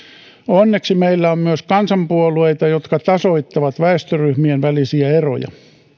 onneksi meillä on myös kansanpuolueita jotka tasoittavat väestöryhmien välisiä eroja